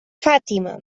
fàtima